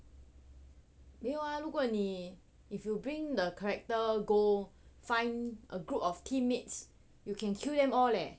没有啊如果你 if you bring the character go find a group of team mates you can kill them all leh